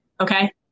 Okay